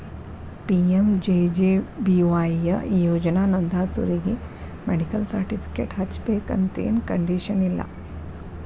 PMJJBY ಈ ಯೋಜನಾ ನೋಂದಾಸೋರಿಗಿ ಮೆಡಿಕಲ್ ಸರ್ಟಿಫಿಕೇಟ್ ಹಚ್ಚಬೇಕಂತೆನ್ ಕಂಡೇಶನ್ ಇಲ್ಲ